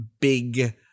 big